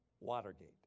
Watergate